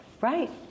Right